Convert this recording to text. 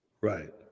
Right